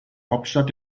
hauptstadt